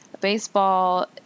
baseball